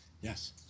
Yes